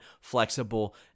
flexible